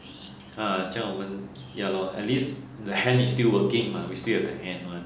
ha 这样我们 ya lor at least the hand is still working mah we still have the hand [one]